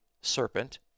serpent